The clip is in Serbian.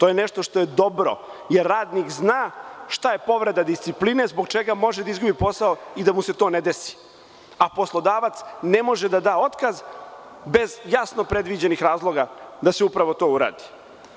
To je nešto što je dobro, jer radnik zna šta je povreda discipline, zbog čega može da izgubi posao i da mu se to ne desi, a poslodavac ne može da da otkaz bez jasno predviđenih razloga da se upravo to uradi.